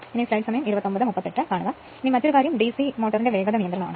അതിനാൽ മറ്റൊരു കാര്യം ഡിസി മോട്ടോറിന്റെ വേഗത നിയന്ത്രണം ആണ്